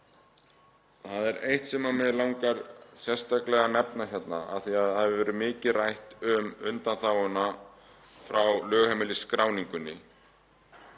Það er eitt sem mig langar sérstaklega að nefna hérna af því að það hefur verið mikið rætt um undanþáguna frá lögheimilisskráningunni,